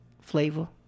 flavor